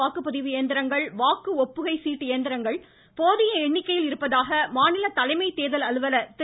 வாக்குப்பதிவு இயந்திரங்கள் வாக்கு ஒப்புகை சீட்டு இயந்திரங்கள் போதிய எண்ணிக்கையில் உள்ளதாக மாநில தலைமை தேர்தல் அலுவலர் திரு